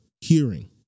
hearing